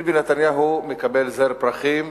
ביבי נתניהו מקבל זר פרחים,